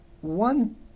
One